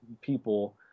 people